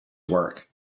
work